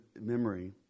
memory